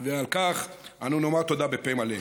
ועל כך אנו נאמר תודה בפה מלא.